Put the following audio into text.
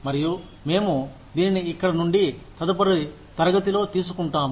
మరియు మేము దీనిని ఇక్కడ నుండి తదుపరి తరగతిలో తీసుకుంటాము